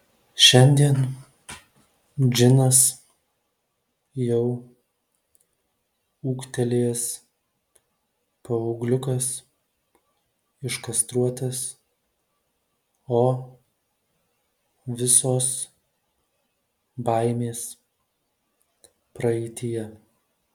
šiandien džinas jau ūgtelėjęs paaugliukas iškastruotas o visos baimės praeityje